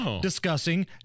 discussing